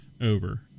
over